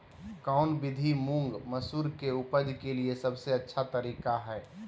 कौन विधि मुंग, मसूर के उपज के लिए सबसे अच्छा तरीका है?